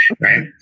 right